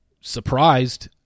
Surprised